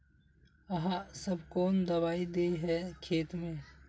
आहाँ सब कौन दबाइ दे है खेत में?